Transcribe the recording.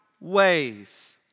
ways